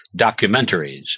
documentaries